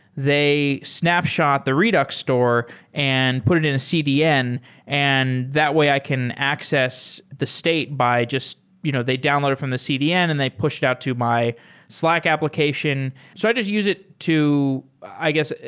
they snapshot the redux store and put it in a cdn and that way i can access the state by just you know they download it from the cdn and they push it out to my slack application. so i just use it to i guess,